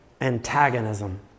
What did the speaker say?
antagonism